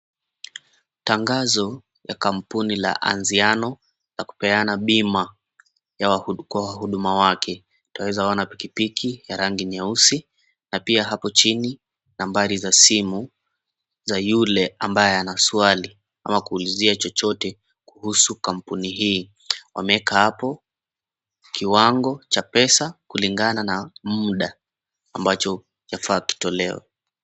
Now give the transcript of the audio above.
Tangazo la kampuni la Anziano, la kupeana bima, kwa wahuduma wake. Twaweza ona pikipiki ya rangi nyeusi, na pia hapo chini, nambari za simu, za yule ambaye ana swali ama kuulizia chochote kuhusu kampuni hii. Wameeka hapo kiwango cha pesa, kulingana na muda ambacho kinafaa kitolewe.